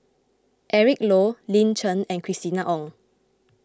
Eric Low Lin Chen and Christina Ong